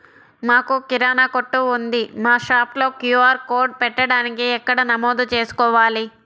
మాకు కిరాణా కొట్టు ఉంది మా షాప్లో క్యూ.ఆర్ కోడ్ పెట్టడానికి ఎక్కడ నమోదు చేసుకోవాలీ?